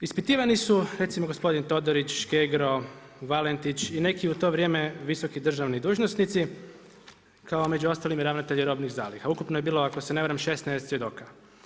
Ispitivani su recimo gospodin Todorić, Škegro, Valentić i neki u to vrijeme visoki državni dužnosnici, kao i među ostalim i ravnatelji robnih zaliha, ukupno je bilo, ako se ne varam 16 svjedoka.